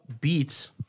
beats